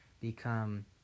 become